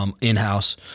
In-house